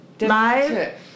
live